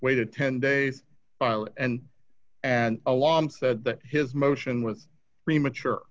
waited ten days and and alarm said that his motion with premature